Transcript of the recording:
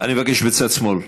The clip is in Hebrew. אני מבקש בצד שמאל,